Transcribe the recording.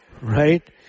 Right